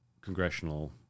congressional